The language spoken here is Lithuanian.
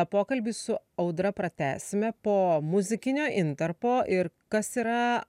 pokalbį su audra pratęsime po muzikinio intarpo ir kas yra